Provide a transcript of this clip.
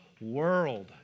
world